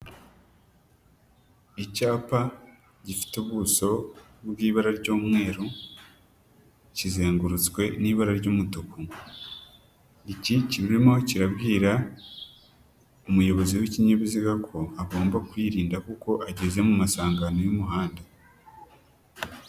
Icyapa gifite ubuso bw'ibara ry'umweru, kizengurutswe n'ibara ry'umutuku. Iki kibirimao kirabwira umuyobozi w'ikinyabiziga ko agomba kwirinda kuko ageze mu masangano y'umuhanda.